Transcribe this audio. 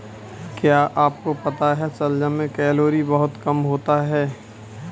क्या आपको पता है शलजम में कैलोरी बहुत कम होता है?